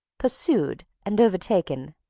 pursued, and overtaken.